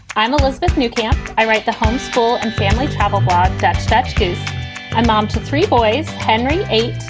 i'm elizabeth new camp. i write the homeschool and family travel blog that stretches a mom to three boys, henry eight,